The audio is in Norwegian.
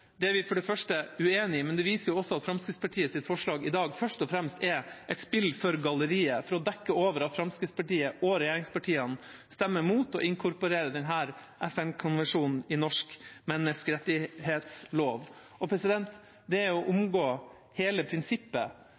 Det er vi for det første uenig i, men det viser også at Fremskrittspartiets forslag i dag først og fremst er et spill for galleriet for å dekke over at Fremskrittspartiet og regjeringspartiene stemmer imot å inkorporere denne FN-konvensjonen i norsk menneskerettighetslov. Det er å omgå hele prinsippet